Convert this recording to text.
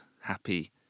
happy